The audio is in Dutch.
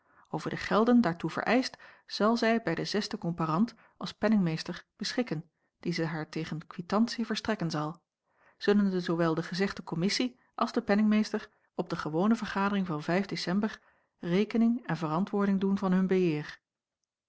over de gelden daartoe vereischt zal zij bij den zesden komparant als penningmeester beschikken die ze haar tegen quitantie verstrekken zal zullende zoowel de gezegde kommissie als de penningmeester op de gewone vergadering van vijf december rekening en verantwoording doen van hun beheer